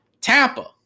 Tampa